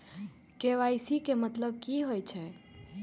KYC के मतलब कि होई छै?